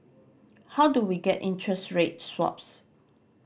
how do we get interest rate swaps